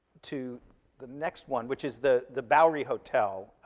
to the next one, which is the the bowery hotel.